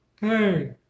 hey